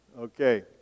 Okay